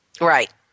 Right